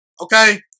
Okay